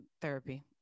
therapy